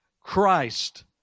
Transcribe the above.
Christ